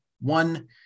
one